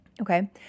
Okay